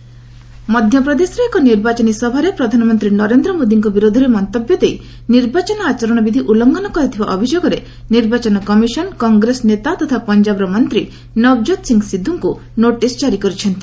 EC Sidhu ମଧ୍ୟପ୍ରଦେଶରେ ଏକ ନିର୍ବାଚନୀ ସଭାରେ ପ୍ରଧାନମନ୍ତ୍ରୀ ନରେନ୍ଦ୍ର ମୋଦିଙ୍କ ବିରୋଧରେ ମନ୍ତବ୍ୟ ଦେଇ ନିର୍ବାଚନ ଆଚରଣ ବିଧି ଉଲ୍ଲୁଘନ କରିଥିବା ଅଭିଯୋଗରେ ନିର୍ବାଚନ କମିଶନ୍ କଂଗ୍ରେସ ନେତା ତଥା ପଞ୍ଜାବର ମନ୍ତ୍ରୀ ନବଜୋତ୍ ସିଂ ସିଧୁଙ୍କୁ ନୋଟିସ୍ ଜାରି କରିଛନ୍ତି